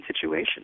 situation